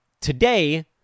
today